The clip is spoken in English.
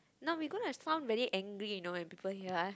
no we gonna sound very angry you know when people hear us